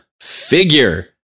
figure